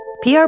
PR